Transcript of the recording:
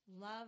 Love